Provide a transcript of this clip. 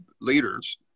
leaders